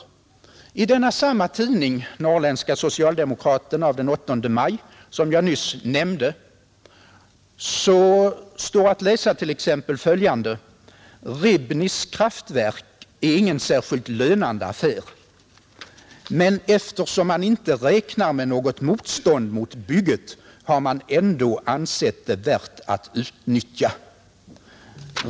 I samma tidning som jag nyss nämnde — Norrländska Socialdemokraten av den 8 maj — står t.ex. följande att läsa: ”Repnis kraftverk är ingen särskilt lönande affär, men eftersom man inte räknar med något motstånd mot bygget, har man ändå ansett det värt att utnyttja.